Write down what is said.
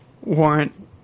warrant